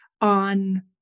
on